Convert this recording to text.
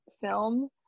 film